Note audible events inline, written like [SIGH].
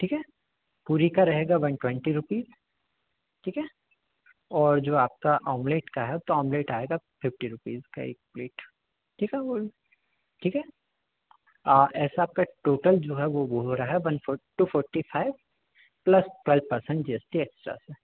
हँ हाँ हूँ हुँ सँ साँ ङ्ग आँ बाँ पैँ पाँ हुँ लौँ फ़र्स्ट क़ क़ा ख़ ख़ा ख़ै ग़ ग़ी ग़ै जँ ज़ ज़ा ज़ि ज़ी ज़ों ज़्यादा फ़ फ़ा फ़ि फ़ी फ़ो याँ रूँ एँ ऑ जूँ ऊ लँ डँ डाँ ख़्याल हफ़्ते पुख़्ता भूँ भुँ लुँ मँ माँ ज़्वाइन सब्ज़ी सब्ज़ियों सङ्ख्या [UNINTELLIGIBLE] ठीक है पूड़ी का रहेगा वन ट्वेन्टी रूपीज़ ठीक है और जो आपका ऑमलेट का है तो ऑमलेट आएगा फ़िफ्टी रूपीज़ का एक प्लेट ठीक है वह ठीक है ऐसा आपका टोटल जो है वह हो रहा है one four two forty five plus five percent G S T extra